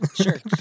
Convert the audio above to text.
sure